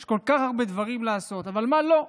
יש כל כך הרבה דברים לעשות, אבל מה, לא,